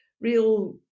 real